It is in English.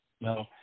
No